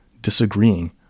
disagreeing